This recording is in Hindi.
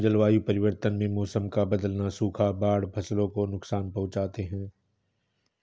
जलवायु परिवर्तन में मौसम का बदलना, सूखा और बाढ़ फसलों को नुकसान पहुँचाते है